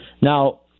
now